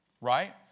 Right